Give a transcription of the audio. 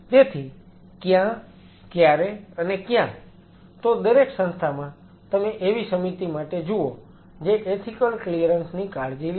તેથી ક્યાં ક્યારે અને ક્યાં તો દરેક સંસ્થામાં તમે એવી સમિતિ માટે જુઓ જે એથીકલ ક્લીયરન્સ ની કાળજી લે છે